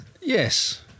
Yes